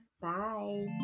bye